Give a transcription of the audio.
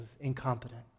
incompetent